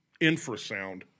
infrasound